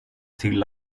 till